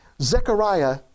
Zechariah